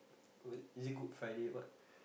is it Good Friday what